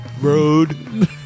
road